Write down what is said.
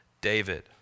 David